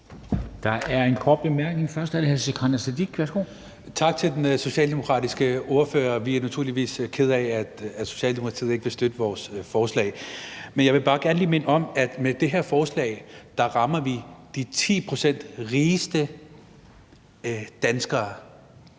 det hr. Sikandar Siddique. Værsgo. Kl. 11:16 Sikandar Siddique (FG): Tak til den socialdemokratiske ordfører. Vi er naturligvis kede af, at Socialdemokratiet ikke vil støtte vores forslag. Men jeg vil bare gerne lige minde om, at med det her forslag rammer vi de 10 pct. rigeste danskere,